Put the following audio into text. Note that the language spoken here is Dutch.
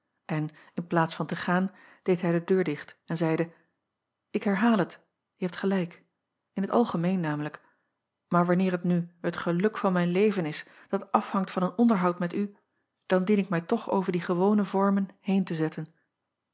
en in plaats van te gaan deed hij de deur dicht en zeide ik herhaal het je hebt gelijk in t algemeen namelijk maar wanneer het nu het geluk van mijn leven is dat afhangt van een onderhoud met u dan dien ik mij toch over die gewone vormen heen te zetten